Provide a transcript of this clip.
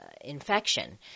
infection